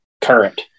Current